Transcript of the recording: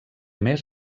més